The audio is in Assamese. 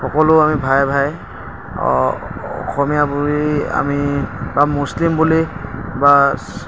সকলো আমি ভাই ভাই অসমীয়া বুলি আমি বা মুছলিম বুলি বা